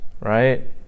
right